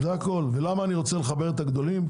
למה אני רוצה לחבר את הגדולים,